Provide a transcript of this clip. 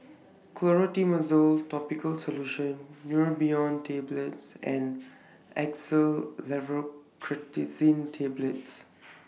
Clotrimozole Topical Solution Neurobion Tablets and Xyzal Levocetirizine Tablets